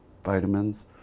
vitamins